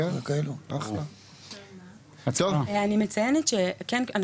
אני מציינת שכן,